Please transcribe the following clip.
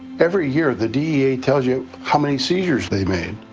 every year the dea tells you how many seizures they've made